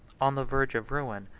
on the verge of ruin,